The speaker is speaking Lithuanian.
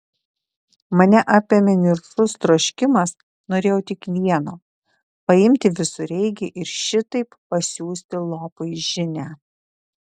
mane apėmė niršus troškimas norėjau tik vieno paimti visureigį ir šitaip pasiųsti lopui žinią